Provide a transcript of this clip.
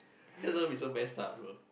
that going to be so messed up bro